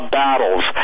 battles